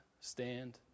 stand